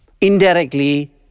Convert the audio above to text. Indirectly